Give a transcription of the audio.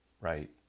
Right